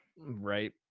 right